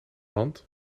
hand